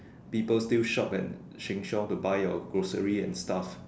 people still shop at Sheng-Siong to buy your grocery and stuff